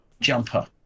jumper